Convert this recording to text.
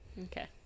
Okay